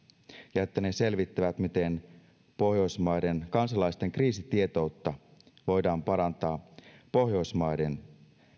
ja että ne selvittävät miten pohjoismaiden kansalaisten kriisitietoutta voidaan parantaa pohjoismaiden